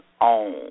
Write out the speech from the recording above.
own